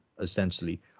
essentially